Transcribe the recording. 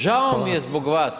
Žao mi je zbog vas.